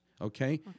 Okay